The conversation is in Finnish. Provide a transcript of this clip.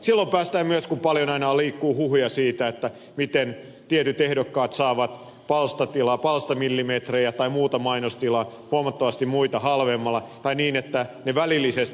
silloin päästään myös siitä kun paljon aina liikkuu huhuja siitä miten tietyt ehdokkaat saavat palstatilaa palstamillimetrejä tai muuta mainostilaa huomattavasti muita halvemmalla tai että ne palstamillimetrit välillisesti maksetaan